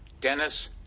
Dennis